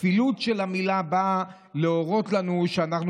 הכפילות של המילה באה להורות לנו שאנחנו